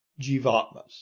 jivatmas